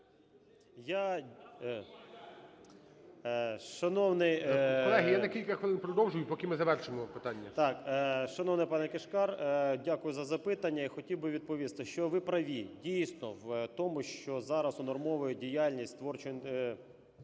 Я… Шановний… ГОЛОВУЮЧИЙ. Колеги, я на кілька хвилин продовжу, поки ми завершимо питання. ГЕРАСИМОВ А.В. Шановний пане Кишкар, дякую за запитання. І хотів би відповісти, що ви праві. Дійсно, в тому, що зараз унормовує діяльність творчу…